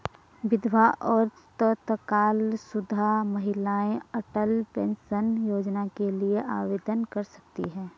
विधवा और तलाकशुदा महिलाएं अटल पेंशन योजना के लिए आवेदन कर सकती हैं